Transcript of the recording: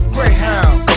Greyhound